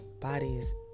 bodies